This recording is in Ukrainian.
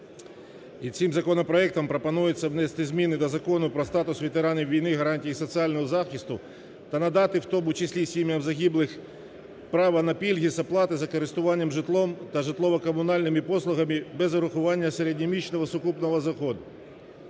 і цим законопроектом пропонується внести зміни до Закону "Про статус ветеранів війни, гарантії їх соціального захисту" та надати в тому числі і сім'ям загиблих право на пільги з оплатою за користування житлом та житлово-комунальними послугами без врахування середньомісячного сукупного доходу.